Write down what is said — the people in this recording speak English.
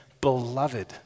beloved